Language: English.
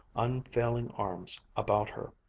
unfailing arms about her.